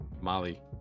Molly